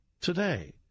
today